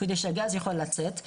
על מנת שהגז יהיה יכול לצאת.